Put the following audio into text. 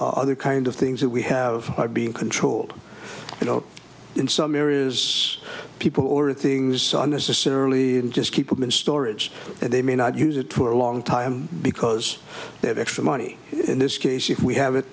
and other kind of things that we have are being controlled you know in some areas people or things son necessarily just keep them in storage and they may not use it for a long time because they have extra money in this case if we have it